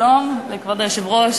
שלום לכבוד היושב-ראש,